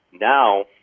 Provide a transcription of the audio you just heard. Now